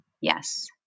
Yes